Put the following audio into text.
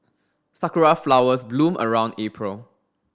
sakura flowers bloom around April